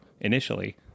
initially